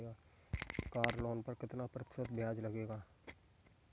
Car loan पर कितना प्रतिशत ब्याज लगेगा?